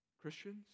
Christians